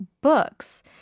books